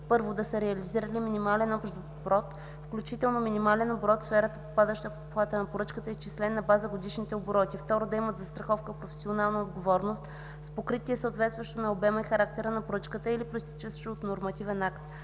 1. да са реализирали минимален общ оборот, включително минимален оборот в сферата, попадаща в обхвата на поръчката, изчислен на база годишните обороти; 2. да имат застраховка „Професионална отговорност” с покритие, съответстващо на обема и характера на поръчката или произтичащо от нормативен акт;